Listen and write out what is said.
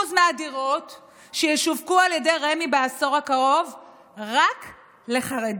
מהדיור שישווק על ידי רמ"י בעשור הקרוב רק לחרדים,